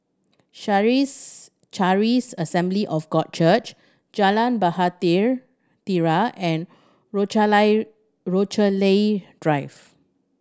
Charis Assembly of God Church Jalan Bahtera and Rochalie Drive